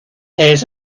hears